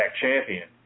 champion